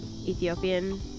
Ethiopian